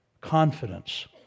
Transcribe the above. confidence